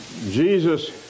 Jesus